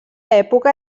època